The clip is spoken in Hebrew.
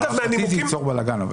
להערכתי זה ייצור בלגן.